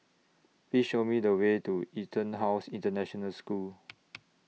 Please Show Me The Way to Etonhouse International School